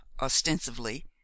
ostensibly